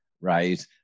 right